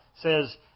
says